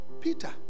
Peter